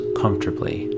comfortably